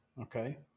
Okay